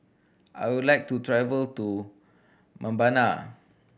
I would like to travel to Mbabana